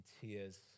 tears